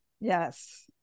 yes